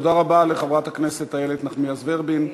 תודה רבה לחברת הכנסת איילת נחמיאס ורבין.